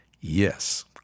Yes